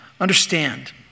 Understand